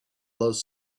loews